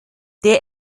der